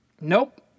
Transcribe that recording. Nope